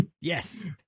Yes